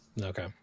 Okay